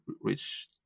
reach